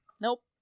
Nope